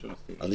כי